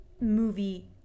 movie